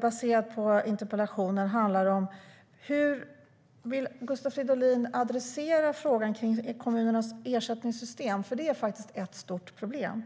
Baserat på interpellationen vill jag fråga Gustav Fridolin hur han vill adressera frågan om kommunernas ersättningssystem, för det är faktiskt ett stort problem.